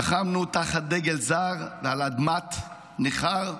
"לחמנו תחת דגל זר ועל אדמת ניכר,